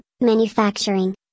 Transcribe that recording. manufacturing